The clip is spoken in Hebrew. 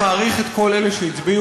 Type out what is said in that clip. אני בהחלט מעריך את כל אלה שהצביעו,